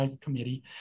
Committee